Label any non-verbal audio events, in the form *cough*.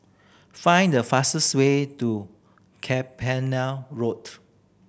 find the fastest way to *unintelligible* Road